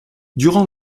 durant